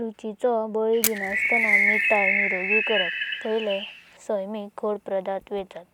रुचिचो बळी दिनसाताना मिठाय नीरोगी करप। सायमिक गोड पदार्थ वेचात